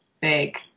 big